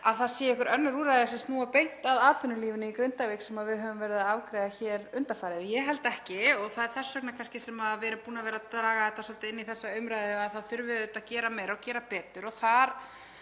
að það séu einhver önnur úrræði sem snúa beint að atvinnulífinu í Grindavík sem við höfum verið að afgreiða hér undanfarið. Ég held ekki. Það er þess vegna sem við erum búin að vera að draga það svolítið inn í þessa umræðu að það þurfi að gera meira og gera betur. Mér